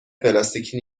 پلاستیکی